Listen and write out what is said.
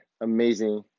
amazing